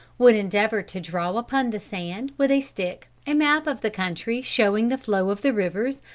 would endeavor to draw upon the sand, with a stick, a map of the country showing the flow of the rivers,